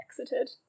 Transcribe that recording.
exited